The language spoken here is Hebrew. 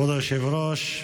כבוד היושב-ראש,